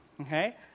okay